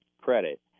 credit